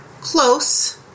close